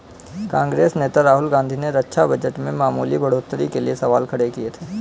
कांग्रेस नेता राहुल गांधी ने रक्षा बजट में मामूली बढ़ोतरी को लेकर सवाल खड़े किए थे